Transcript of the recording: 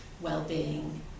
well-being